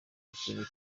ikintu